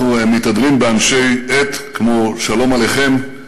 אנחנו מתהדרים באנשי עט כמו שלום עליכם,